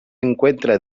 encuentra